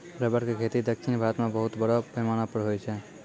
rubber के खेती दक्षिण भारत मॅ बहुत बड़ो पैमाना पर होय छै